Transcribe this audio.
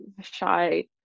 shy